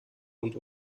und